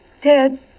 Ted